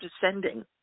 descending